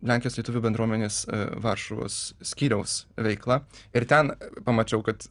lenkijos lietuvių bendruomenės varšuvos skyriaus veiklą ir ten pamačiau kad